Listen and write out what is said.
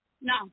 No